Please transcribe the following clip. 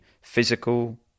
physical